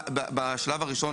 במערך שלנו שגייסנו,